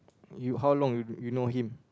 you how long you know him